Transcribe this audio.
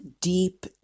deep